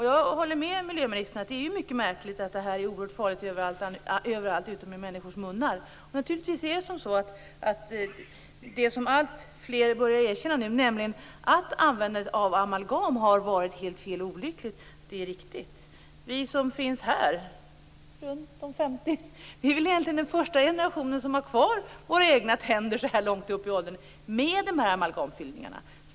Jag håller med miljöministern att det är märkligt att kvicksilver är oerhört farligt överallt utom i människors munnar. Alltfler börjar erkänna att användandet av amalgam har varit helt olyckligt. Vi som befinner oss här och är ungefär 50 år gamla är egentligen den första generationen som har fått behålla våra egna tänder så långt upp i åldern med amalgamfyllningarna.